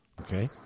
Okay